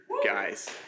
guys